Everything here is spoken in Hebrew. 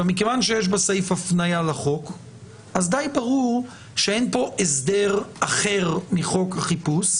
מכיוון שיש בסעיף הפניה לחוק אז די ברור שאין פה הסדר אחר מחוק החיפוש,